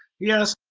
yes.